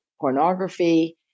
pornography